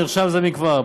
ונרשם זה מכבר,